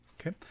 Okay